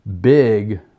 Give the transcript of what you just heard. big